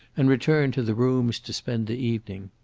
and return to the rooms to spend the evening.